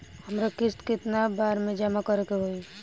हमरा किस्त केतना बार में जमा करे के होई?